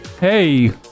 Hey